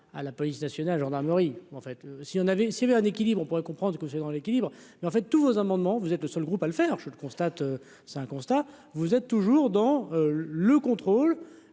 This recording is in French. à la police nationale et gendarmerie en fait si on avait suivi un équilibre, on pourrait comprendre que c'est dans l'équilibre. En fait, tous vos amendements, vous êtes le seul groupe à le faire, je le constate, c'est un constat, vous êtes toujours dans le contrôle,